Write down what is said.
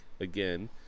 Again